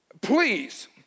please